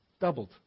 Doubled